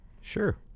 Sure